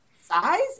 size